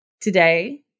today